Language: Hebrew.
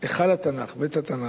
היכל התנ"ך, בית התנ"ך.